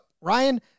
Ryan